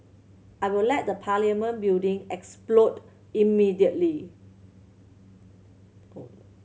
I will let the Parliament building explode immediately